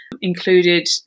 included